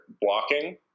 blocking